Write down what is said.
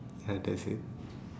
ya that's it